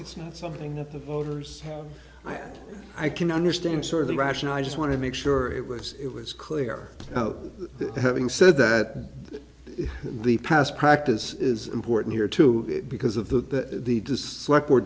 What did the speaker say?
it's not something that the voters i had i can understand sort of the rationale i just want to make sure it was it was clear out there having said that in the past practice is important here too because of that the